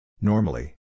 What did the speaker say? Normally